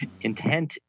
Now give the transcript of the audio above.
intent